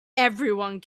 everyone